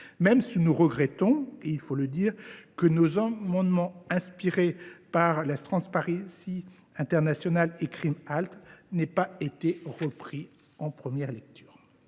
même si nous regrettons que nos amendements inspirés par Transparency International et Crim’Halt n’aient pas été repris en première lecture.